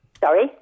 Sorry